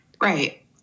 Right